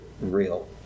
real